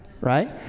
right